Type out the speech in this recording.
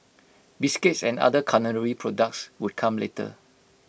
biscuits and other culinary products would come later